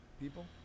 people